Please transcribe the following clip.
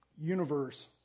universe